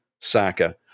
Saka